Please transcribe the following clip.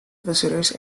visitors